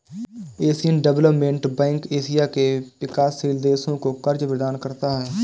Asian Development Bank Asia के विकासशील देशों को कर्ज प्रदान करता है